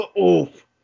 Oof